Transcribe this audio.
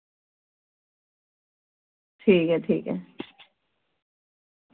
ठीक ऐ ठीक ऐ